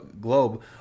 globe